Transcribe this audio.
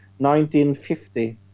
1950